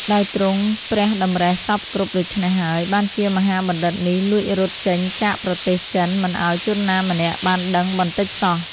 ដោយទ្រង់ព្រះតម្រិះសព្វគ្រប់ដូច្នេះហើយ បានជាមហាបណ្ឌិតនេះលួចរត់ចេញចាកប្រទេសចិន មិនឲ្យជនណាម្នាក់បានដឹងបន្តិចសោះ ។